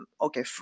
okay